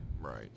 right